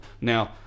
Now